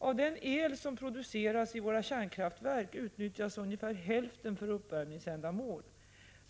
Av den el som produceras i våra kärnkraftverk utnyttjas ungefär hälften för uppvärmningsändamål.